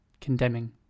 condemning